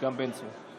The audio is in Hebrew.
יואב בן צור,